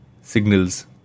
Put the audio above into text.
signals